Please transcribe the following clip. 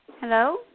Hello